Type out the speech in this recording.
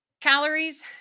Calories